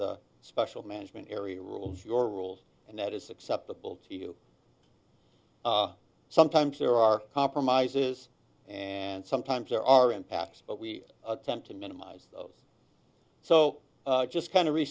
the special management area rules your rules and that is acceptable to you sometimes there are compromises and sometimes there are impacts but we attempt to minimize those so just kind of re